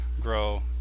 grow